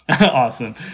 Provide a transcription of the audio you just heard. awesome